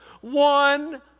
One